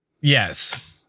Yes